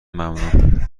ممنون